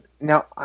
now